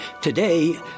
Today